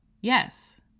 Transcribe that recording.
yes